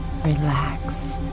relax